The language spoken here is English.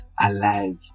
alive